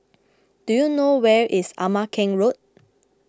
do you know where is Ama Keng Road